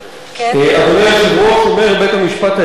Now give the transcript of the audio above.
אומר בית-המשפט העליון